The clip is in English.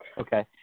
Okay